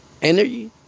energy